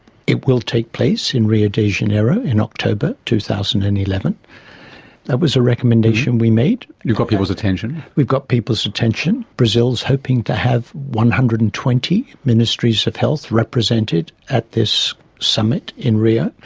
it will take place in rio de janeiro in october two thousand and eleven that was a recommendation we made. you got people's attention. we got people's attention, brazil is hoping to have one hundred and twenty ministries of health represented at this summit in rio.